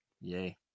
Yay